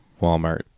Walmart